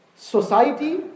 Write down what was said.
Society